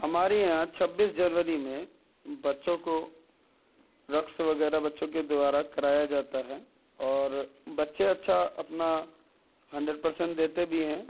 ہمارے یہاں چھبیس جنوری میں بچّوں کو رقص وغیرہ بچّوں کے دوارا کرایا جاتا ہے اور بچّے اچّھا اپنا ہنڈریڈ پرسینٹ دے بھی ہیں